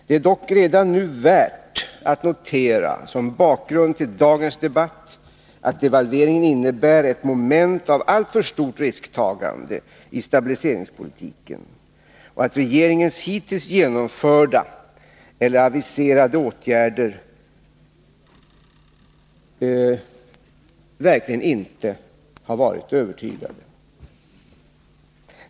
Det är dock redan nu värt att notera som bakgrund till dagens debatt att devalveringen innebär ett moment av alltför stort risktagande i stabiliseringspolitiken och att regeringens hittills genomförda eller aviserade åtgärder verkligen inte har varit övertygande.